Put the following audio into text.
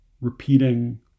repeating